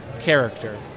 character